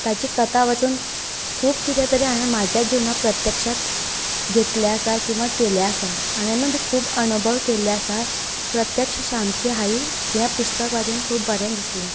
ताची कथा वाचून खूब कितें तरी हांवें म्हाज्या जिवनांत प्रत्यक्षांत घेतली आसा किंवां केले आसा खूब अणभव केल्ले आसा प्रत्यक्ष श्यामची आई हे पुस्तक वाचून खूब बरें दिसले